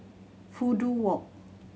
Fudu Walk